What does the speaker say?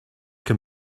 can